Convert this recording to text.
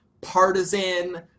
partisan